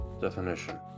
Definition